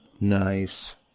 Nice